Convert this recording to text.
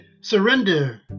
Surrender